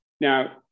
Now